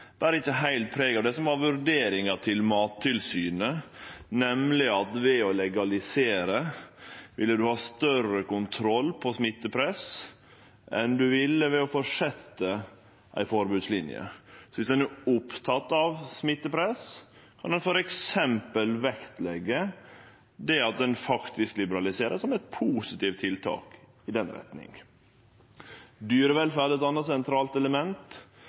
debatten, ber ikkje heilt preg av det som var vurderinga til Mattilsynet, nemleg at ved å legalisere ville ein ha større kontroll på smittepress enn ein ville ha ved å fortsetje ei forbodslinje. Viss ein er oppteken av smittepress, kan ein f.eks. leggje vekt på det at ein faktisk liberaliserer, som eit positivt tiltak i den retninga. Dyrevelferd er eit anna sentralt element.